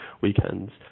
weekends